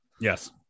Yes